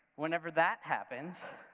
whenever that happens